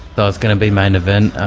but was going to be main event.